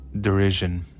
derision